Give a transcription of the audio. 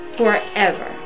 forever